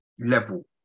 level